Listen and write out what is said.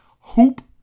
Hoop